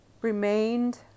remained